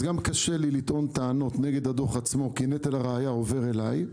גם קשה לי לטעון טענות נגד הדוח עצמו כי נטל הראיה עובר אלי.